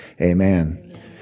Amen